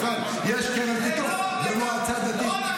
השר, יש קרן פיתוח במועצה דתית?